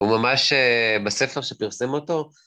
וממש בספר שפרסם אותו.